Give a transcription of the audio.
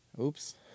Oops